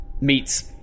Meets